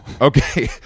Okay